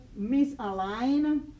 misalign